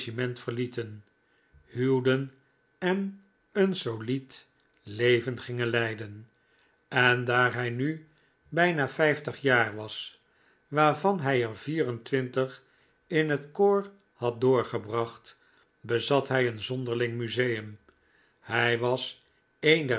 regiment verlieten huwden en een solied leven gingen leiden en daar hij nu bijna vijftig jaar was waarvan hij er vier-en-twintig in het corps had doorgebracht bezat hij een zonderling museum hij w'as een